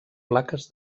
plaques